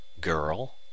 Girl